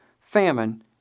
famine